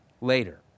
later